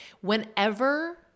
Whenever